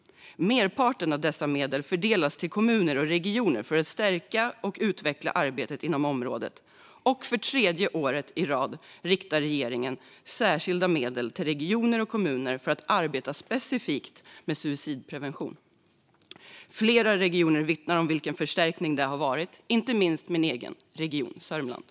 Merparten av dessa medel fördelas till kommuner och regioner för att stärka och utveckla arbetet inom området, och för tredje året i rad riktar regeringen särskilda medel till regioner och kommuner för att arbeta specifikt med suicidprevention. Flera regioner vittnar om vilken förstärkning det har varit, inte minst min egen region Sörmland.